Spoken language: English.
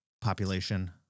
Population